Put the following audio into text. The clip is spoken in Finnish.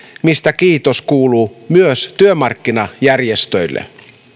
mistä kiitos kuuluu myös työmarkkinajärjestöille